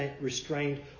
restrained